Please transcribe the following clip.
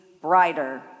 brighter